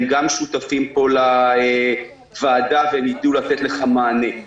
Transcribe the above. הם גם שותפים פה לדיון בוועדה והם יידעו לתת לך מענה.